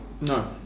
No